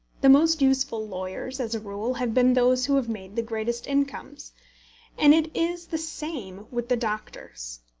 the most useful lawyers, as a rule, have been those who have made the greatest incomes and it is the same with the doctors.